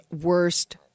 worst